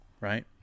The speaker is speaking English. right